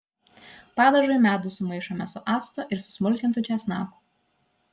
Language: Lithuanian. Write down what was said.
padažui medų sumaišome su actu ir susmulkintu česnaku